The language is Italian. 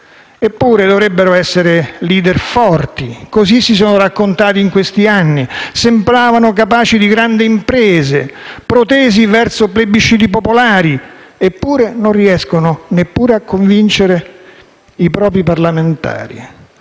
Eppure, dovrebbero essere *leader* forti. Così si sono raccontati in questi anni. Sembravano capaci di grandi imprese, protesi verso plebisciti popolari. Eppure, non riescono neppure a convincere i propri parlamentari.